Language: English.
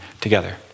together